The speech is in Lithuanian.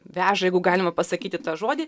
veža jeigu galima pasakyti tą žodį